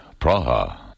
Praha